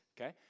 Okay